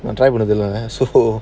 நான்:naan try பண்ணதில்லை:pannathillai so